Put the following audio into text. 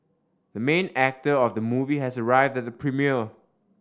the main actor of the movie has arrived at the premiere